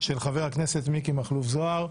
של חבר הכנסת מיקי מכלוף זוהר.